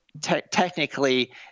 technically